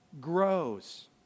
grows